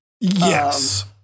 yes